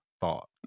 thought